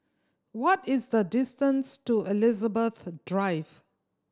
what is the distance to Elizabeth Drive